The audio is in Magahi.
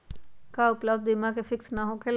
का उपलब्ध बीमा फिक्स न होकेला?